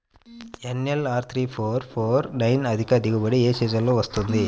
NLR three four four four nine అధిక దిగుబడి ఏ సీజన్లలో వస్తుంది?